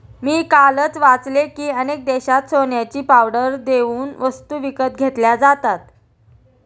मी कालच वाचले की, अनेक देशांत सोन्याची पावडर देऊन वस्तू विकत घेतल्या जातात